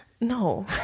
No